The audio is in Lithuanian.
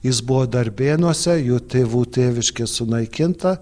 jis buvo darbėnuose jo tėvų tėviškė sunaikinta